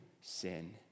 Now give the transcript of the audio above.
sin